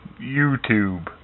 YouTube